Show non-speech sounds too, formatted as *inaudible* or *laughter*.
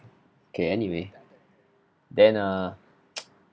okay anyway then ah *noise*